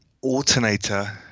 Alternator